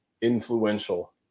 influential